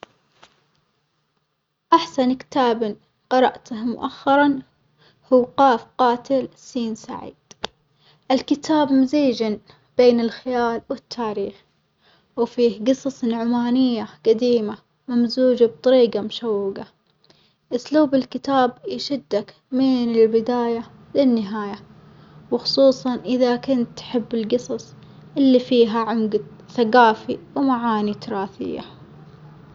أحسن كتاب قرأته مؤخرًا هو ق قاتل س سعيد، الكتاب مزيج بين الخيال والتاريخ، وفيه جصص عمانية جديمة ممزوجة بطريجة مشوجة، أسلوب الكتاب يشدك من البداية للنهاية وخصوصًا إذا كنت تحب الجصص اللي فيها عمج ثجافي ومعاني تراثية.